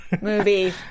movie